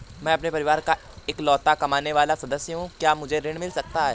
मैं अपने परिवार का इकलौता कमाने वाला सदस्य हूँ क्या मुझे ऋण मिल सकता है?